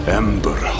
ember